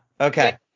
okay